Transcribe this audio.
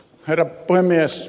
herra puhemies